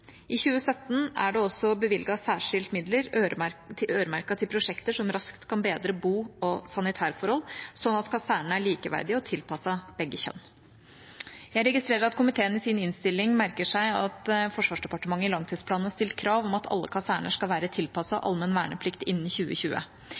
I 2017 er det også bevilget særskilte midler øremerket til prosjekter som raskt kan bedre bo- og sanitærforhold, slik at kasernene er likeverdige og tilpasset begge kjønn. Jeg registrerer at komiteen i sin innstilling merker seg at Forsvarsdepartementet i langtidsplanen har stilt krav om at alle kaserner skal være